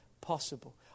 possible